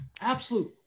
Absolute